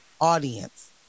audience